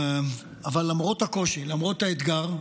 אבל למרות הקושי, למרות האתגר,